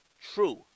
True